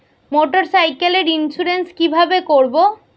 মোটরসাইকেলের ইন্সুরেন্স কিভাবে করব?